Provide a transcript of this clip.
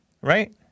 right